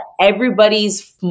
everybody's